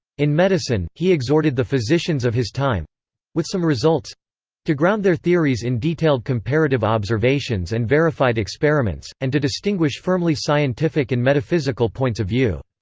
in medicine, he exhorted the physicians of his time with some results to ground their theories in detailed comparative observations and verified experiments, and to distinguish firmly scientific and metaphysical points of view.